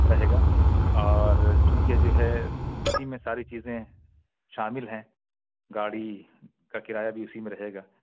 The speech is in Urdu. رہے گا اور چونکہ جو ہے اسی میں ساری چیزیں شامل ہیں گاڑی کا کرایہ بھی اسی میں رہے گا